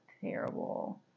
terrible